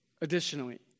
Additionally